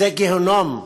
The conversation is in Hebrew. זה גיהינום,